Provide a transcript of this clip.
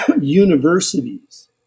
universities